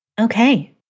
Okay